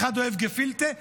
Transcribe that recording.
אחד אוהב גפיטלע,